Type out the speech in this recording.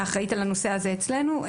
האחראית על הנושא הזה אצלנו,